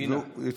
ציינה.